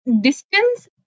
distance